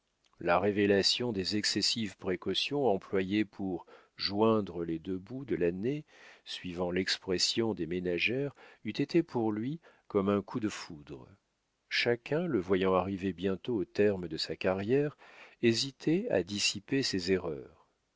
la révélation des excessives précautions employées pour joindre les deux bouts de l'année suivant l'expression des ménagères eût été pour lui comme un coup de foudre chacun le voyant arrivé bientôt au terme de sa carrière hésitait à dissiper ses erreurs